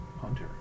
hunter